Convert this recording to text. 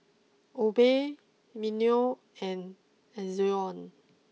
Obey Mimeo and Ezion